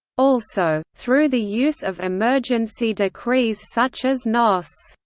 also, through the use of emergency decrees such as nos.